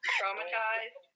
traumatized